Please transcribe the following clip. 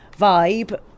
vibe